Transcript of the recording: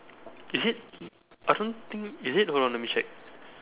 is it I don't think is it hold on let me check